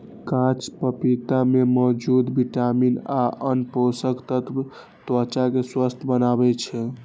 कांच पपीता मे मौजूद विटामिन आ आन पोषक तत्व त्वचा कें स्वस्थ बनबै छै